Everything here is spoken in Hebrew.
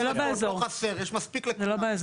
זו מכה ארצית בעצם.